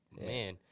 man